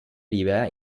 libera